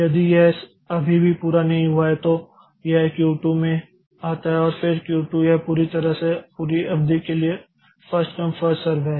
यदि यह अभी भी पूरा नहीं हुआ है तो यह Q 2 में आता है और फिर Q 2 यह पूरी तरह से पूरी अवधि के लिए फर्स्ट कम फर्स्ट सर्व है